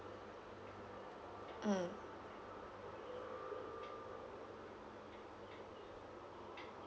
mm